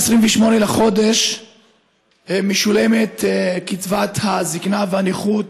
ב-28 לחודש משולמות קצבת הזקנה וקצבת הנכות